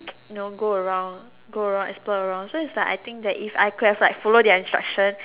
you know go around go around explore around so is like I think that is I clarify follow their instruction